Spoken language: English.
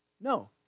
No